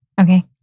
Okay